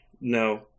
No